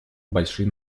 большие